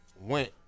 went